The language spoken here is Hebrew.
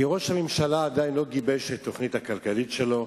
כי ראש הממשלה עדיין לא גיבש את התוכנית הכלכלית שלו,